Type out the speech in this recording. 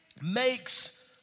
makes